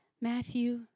Matthew